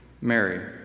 Mary